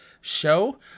show